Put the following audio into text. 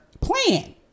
plan